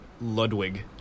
Ludwig